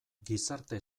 gizarte